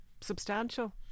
substantial